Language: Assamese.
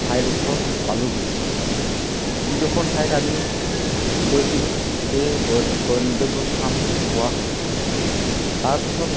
ঠাইডোখৰ পালোঁগৈ যিডোখৰ ঠাইত আমি গৈছিলোঁ সেই গন্তব্য স্থান পোৱা হ'ল তাৰপিছত